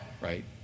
right